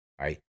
right